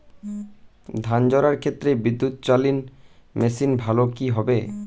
ধান ঝারার ক্ষেত্রে বিদুৎচালীত মেশিন ভালো কি হবে?